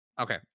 okay